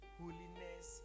holiness